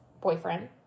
boyfriend